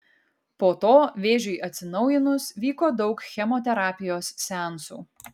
po to vėžiui atsinaujinus vyko daug chemoterapijos seansų